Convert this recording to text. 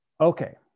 Okay